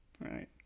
Right